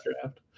draft